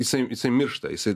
jisai jisai miršta jisai